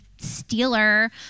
stealer